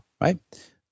right